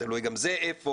ותלוי גם זה היכן